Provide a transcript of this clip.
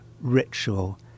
ritual